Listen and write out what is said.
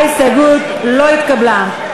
ההסתייגות של קבוצת סיעת מרצ לסעיף 59(1) לא נתקבלה.